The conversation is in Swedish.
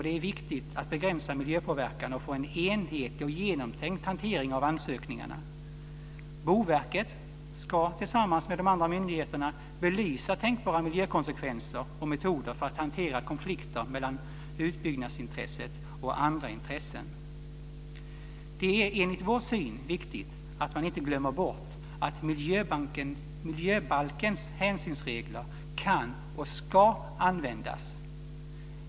Det är viktigt att begränsa miljöpåverkan och få en enhetlig och genomtänkt hantering av ansökningarna. Boverket ska tillsammans med de andra myndigheterna belysa tänkbara miljökonsekvenser och metoder för att hantera konflikter mellan utbyggnadsintresset och andra intressen. Det är enligt vår syn viktigt att man inte glömmer bort att miljöbalkens hänsynsregler kan och ska användas.